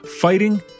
fighting